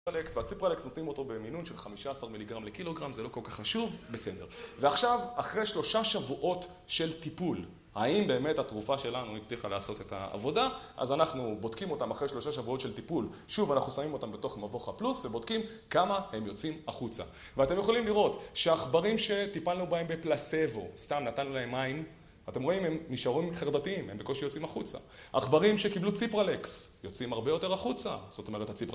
והציפרלקס נותנים אותו במינון של 15 מיליגרם לקילוגרם, זה לא כל כך חשוב, בסדר ועכשיו, אחרי 3 שבועות של טיפול האם באמת התרופה שלנו הצליחה לעשות את העבודה אז אנחנו בודקים אותם אחרי 3 שבועות של טיפול שוב, אנחנו שמים אותם בתוך מבוך הפלוס ובודקים כמה הם יוצאים החוצה ואתם יכולים לראות שעכברים שטיפלנו בהם בפלסבו, סתם נתנו להם מים אתם רואים, הם נשארים חרדתיים, הם בקושי יוצאים החוצה עכברים שקיבלו ציפרלקס יוצאים הרבה יותר החוצה, זאת אומרת הציפרלקס...